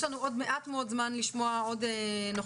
יש לנו עוד מעט מאוד זמן לשמוע עוד נוכחים